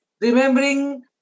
remembering